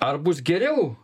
ar bus geriau